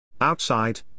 Outside